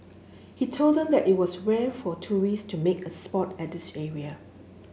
he told them that it was rare for tourists to make a spot at this area